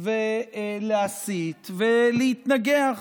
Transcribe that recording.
ולהסית ולהתנגח.